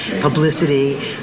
Publicity